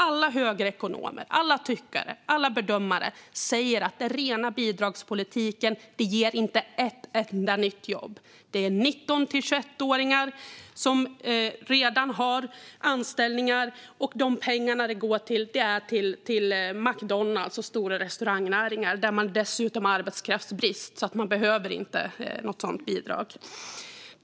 Alla högerekonomer, alla tyckare och alla bedömare säger att det är rena bidragspolitiken. Det ger inte ett enda nytt jobb. Det är 19-21-åringar som redan har anställningar. Och pengarna går till McDonalds och andra stora restaurangnäringar där man dessutom har arbetskraftsbrist. De behöver alltså inte något sådant bidrag.